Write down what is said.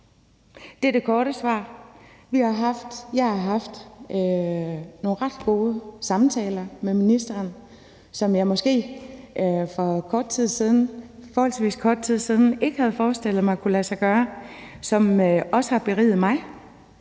Det er det korte svar. Jeg har haft nogle ret gode samtaler med ministeren, som jeg måske for forholdsvis kort tid siden ikke havde forestillet mig kunne lade sig gøre, og som også har beriget mig.